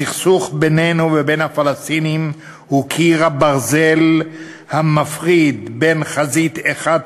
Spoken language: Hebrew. הסכסוך בינינו ובין הפלסטינים הוא קיר הברזל המפריד בין חזית אחת